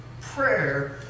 Prayer